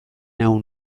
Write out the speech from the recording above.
nau